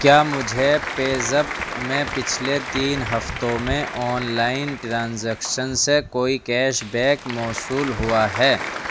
کیا مجھے PayZapp میں پچھلے تین ہفتوں میں آن لائن ٹرانزیکشن سے کوئی کیش بیک موصول ہوا ہے